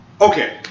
Okay